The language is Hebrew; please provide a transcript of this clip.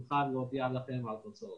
נוכל להודיע לכם על תוצאות.